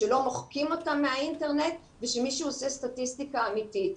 שלא מוחקים אותן מהאינטרנט ושמישהו עושה סטטיסטיקה אמיתית.